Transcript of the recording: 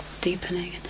deepening